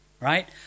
right